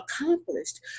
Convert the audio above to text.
accomplished